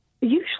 usually